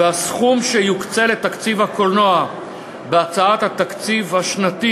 והסכום שיוקצה לתקציב הקולנוע בהצעת התקציב השנתי